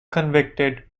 convicted